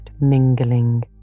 mingling